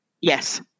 Yes